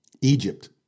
Egypt